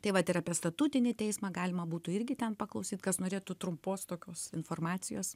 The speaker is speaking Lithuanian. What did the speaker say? tai vat ir apie statutinį teismą galima būtų irgi ten paklausyti kas norėtų trumpos tokios informacijos